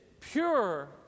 pure